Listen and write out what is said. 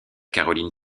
caroline